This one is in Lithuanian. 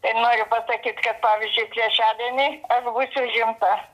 tai noriu pasakyti kad pavyzdžiui trečiadienį aš būsiu užimta